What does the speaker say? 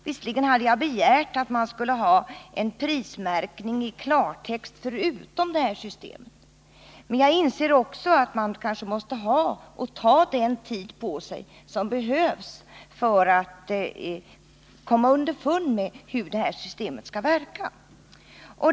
Visserligen hade jag begärt att man skulle ha en prismärkning i klartext förutom detta system, men jag inser också att man kanske måste ta den tid på sig som behövs för att komma underfund med hur det här systemet skall verka.